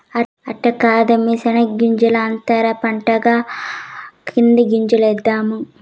అట్ట కాదమ్మీ శెనగ్గింజల అంతర పంటగా కంది గింజలేద్దాము